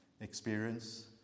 experience